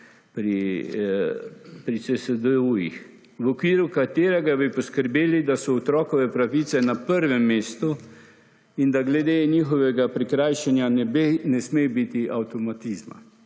pri CSDU, v okviru katerega bi poskrbeli, da so otrokove pravice na prvem mestu in da glede njihovega prikrajšanja ne sme biti avtomatizma.